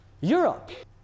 Europe